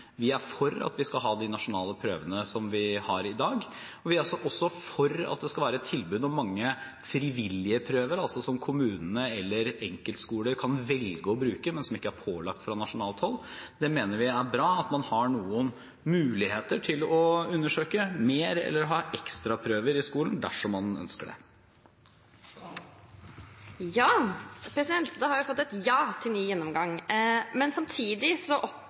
at vi skal ha de nasjonale prøvene som vi har i dag, og vi er også for at det skal være et tilbud med mange frivillige prøver, som altså kommunene eller enkeltskoler kan velge å bruke, men som ikke er pålagt fra nasjonalt hold. Vi mener det er bra at man har noen muligheter til å undersøke mer eller ha ekstraprøver i skolen dersom man ønsker det. Da har vi fått et ja til en ny gjennomgang. Men samtidig